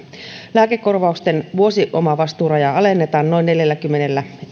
lääkekorvausten vuosiomavastuurajaa alennetaan noin neljälläkymmenellä